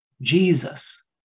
Jesus